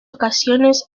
ocasiones